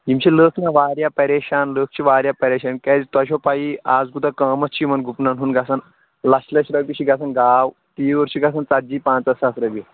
یِم چھِ لُکھ مےٚ واریاہ پریشان لُکھ چھِ واریاہ پریشان کیازِ تۄہہِ چھو پایی آز کوٗتاہ قۭمَتھ چھِ یِمن گُپنَن ہُنٛد گژھان لَچھ لَچھ رۄپیہِ چھِ گژھان گاو تیٖر چھِ گژھان ژَتجی پنٛژاہ ساس رۄپیہِ